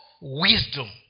wisdom